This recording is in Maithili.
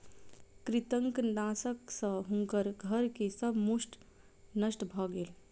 कृंतकनाशक सॅ हुनकर घर के सब मूस नष्ट भ गेल